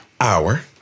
hour